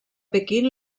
pequín